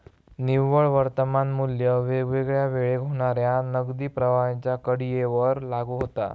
निव्वळ वर्तमान मू्ल्य वेगवेगळ्या वेळेक होणाऱ्या नगदी प्रवाहांच्या कडीयेवर लागू होता